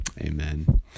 Amen